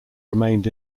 remained